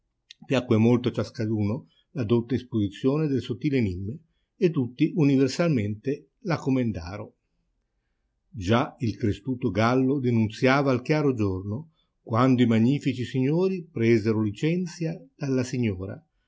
piacque molto a ciascaduno la dotta isposizione del sottil enimma e tutti universalmente la comendaro già il crestuto gallo denunziava il chiaro giorno quando i magnifici signori presero licenzia dalla signora